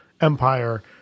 empire